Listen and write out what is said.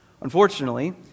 Unfortunately